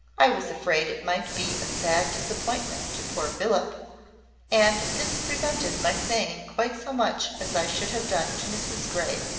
i was afraid it might be a sad disappointment to poor philip and this prevented my saying quite so much as i should have done to mrs grey.